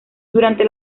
durante